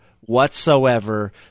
whatsoever